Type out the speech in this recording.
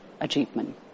achievement